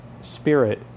spirit